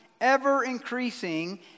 ever-increasing